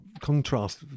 contrast